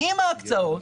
עם ההקצאות,